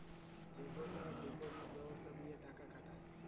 যেগলা ডিপজিট ব্যবস্থা দিঁয়ে টাকা খাটায়